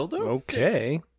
Okay